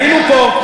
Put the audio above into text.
היינו פה,